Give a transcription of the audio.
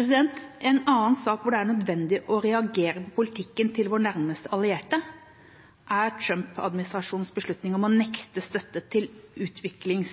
En annen sak hvor det er nødvendig å reagere på politikken til vår nærmeste allierte, er Trump-administrasjonens beslutning om å nekte støtte til